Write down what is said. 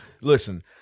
listen